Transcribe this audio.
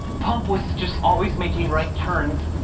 pump was just always making right turns.